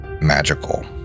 magical